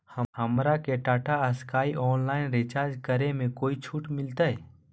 हमरा के Tata Sky online recharge करे में कोई छूट मिलतई